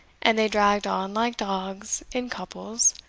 and they dragged on like dogs in couples,